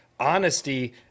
honesty